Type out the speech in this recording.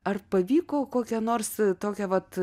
ar pavyko kokia nors tokia vat